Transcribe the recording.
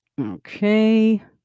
Okay